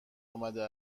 آمده